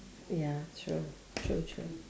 ya true true true